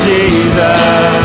Jesus